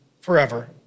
forever